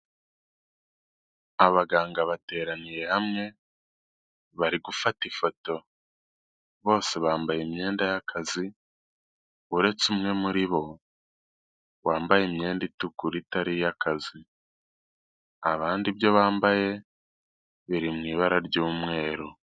Abaganga bateraniye hamwe bari gufata ifoto bose bambaye imyenda y'akazi uretse umwe muri bo wambaye imyenda itukura itari iy'akazi abandi ibyo bambaye biri mu ibara ry'umweru.